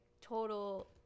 total